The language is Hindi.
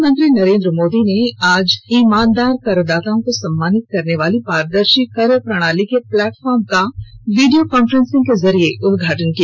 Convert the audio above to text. प्रधानमंत्री नरेन्द्र मोदी ने आज ईमानदार करदाताओं को सम्मानित करने वाली पारदर्शी कर प्रणाली के प्लेटफॉर्म का वीडियो कांफ्रेंसिंग के जरिए उदघाटन किया